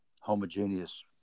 homogeneous